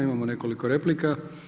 Imamo nekoliko replika.